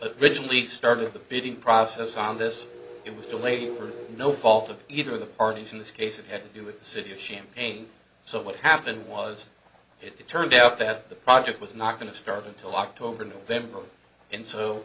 original e start of the bidding process on this it was delayed for no fault of either of the parties in this case it had to do with the city of champagne so what happened was it turned out that the project was not going to start until october november and so